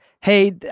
hey